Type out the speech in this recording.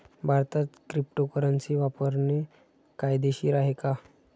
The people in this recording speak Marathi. भारतात क्रिप्टोकरन्सी वापरणे कायदेशीर आहे का?